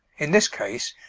in this case,